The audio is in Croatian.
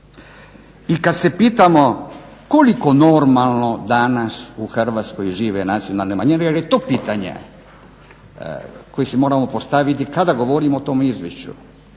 i kad se pitamo koliko normalno danas u Hrvatskoj žive nacionalne manjine jer je to pitanje koje si moramo postaviti kada govorimo o tom izvješću